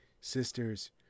sisters